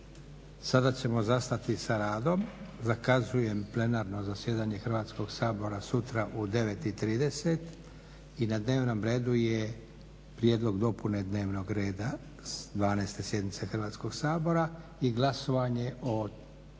Sada ćemo zastati sa radom. Zakazujem plenarno zasjedanje Hrvatskog sabora sutra u 9,30 i na dnevnom redu je prijedlog dopune dnevnog reda 12. sjednice Hrvatskog sabora i glasovanje o